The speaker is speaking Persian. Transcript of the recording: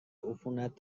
عفونت